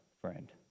friend